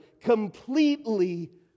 completely